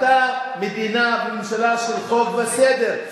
אתה מדינה וממשלה של חוק וסדר,